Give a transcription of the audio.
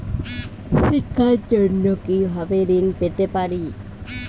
শিক্ষার জন্য কি ভাবে ঋণ পেতে পারি?